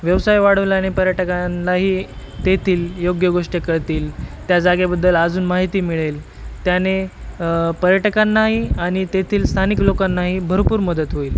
व्यवसाय वाढवल्याने पर्यटकांनाही तेथील योग्य गोष्टी कळतील त्या जागेबद्दल अजून माहिती मिळेल त्याने पर्यटकांनाही आणि तेथील स्थानिक लोकांनाही भरपूर मदत होईल